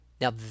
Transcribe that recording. Now